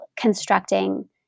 constructing